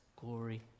glory